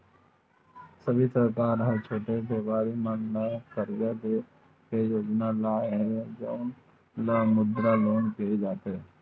अभी सरकार ह छोटे बेपारी मन ल करजा दे के योजना लाए हे जउन ल मुद्रा लोन केहे जाथे